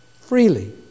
freely